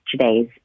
today's